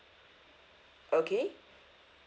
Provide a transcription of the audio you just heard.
okay